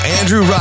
Andrew